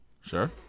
Sure